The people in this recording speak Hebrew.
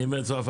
לצערי,